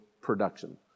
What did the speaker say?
production